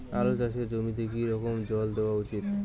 আলু চাষের জমিতে কি রকম জল দেওয়া উচিৎ?